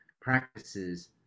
practices